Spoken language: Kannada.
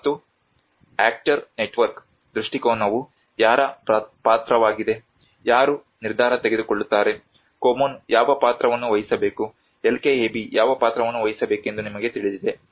ಮತ್ತು ಯಾಕ್ಟರ್ ನೆಟ್ವರ್ಕ್ ದೃಷ್ಟಿಕೋನವು ಯಾರ ಪಾತ್ರವಾಗಿದೆ ಯಾರು ನಿರ್ಧಾರ ತೆಗೆದುಕೊಳ್ಳುತ್ತಾರೆ ಕೊಮ್ಮುನ್ ಯಾವ ಪಾತ್ರವನ್ನು ವಹಿಸಬೇಕು LKAB ಯಾವ ಪಾತ್ರವನ್ನು ವಹಿಸಬೇಕೆಂದು ನಿಮಗೆ ತಿಳಿದಿದೆ